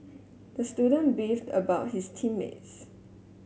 the student beefed about his team mates